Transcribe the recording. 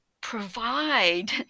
provide